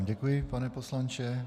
Děkuji vám, pane poslanče.